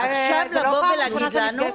עכשיו לבוא ולהגיד לנו.